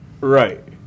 Right